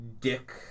dick